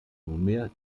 nunmehr